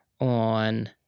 on